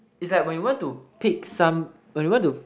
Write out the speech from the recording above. is like when you want to pick some when you want to